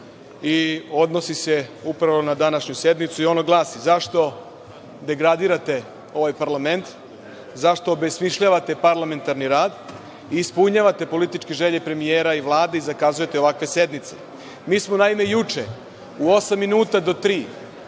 i odnosi se upravo na današnju sednicu i ono glasi – zašto degradirate ovaj parlament? Zašto obesmišljavate parlamentarni rad? Ispunjavate političke želje premijera i Vlade i zakazujete ovakve sednice? Mi smo, naime, juče u osam minuta do